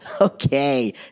Okay